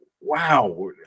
wow